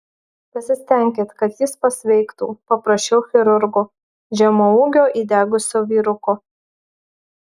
pasistenkit kad jis pasveiktų paprašiau chirurgo žemaūgio įdegusio vyruko